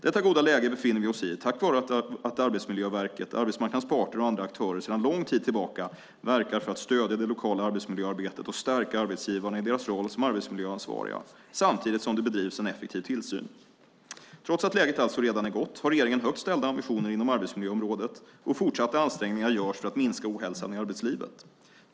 Detta goda läge befinner vi oss i tack vare att Arbetsmiljöverket, arbetsmarknadens parter och andra aktörer sedan lång tid tillbaka verkar för att stödja det lokala arbetsmiljöarbetet och stärka arbetsgivarna i deras roll som arbetsmiljöansvariga samtidigt som det bedrivs en effektiv tillsyn. Trots att läget alltså redan är gott har regeringen högt ställda ambitioner inom arbetsmiljöområdet, och fortsatta ansträngningar görs för att minska ohälsan i arbetslivet.